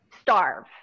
starve